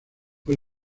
fue